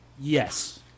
Yes